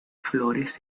flores